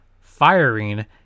firing